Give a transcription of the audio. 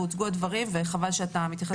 הוצגו הדברים וחבל שאתה מתייחס לזה בכזה זלזול.